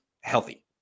healthy